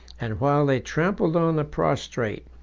and while they trampled on the prostrate,